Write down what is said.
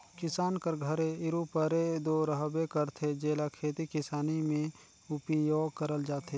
किसान कर घरे इरूपरे दो रहबे करथे, जेला खेती किसानी मे उपियोग करल जाथे